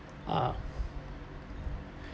ah